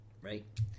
right